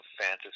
fantasy